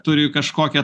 turi kažkokią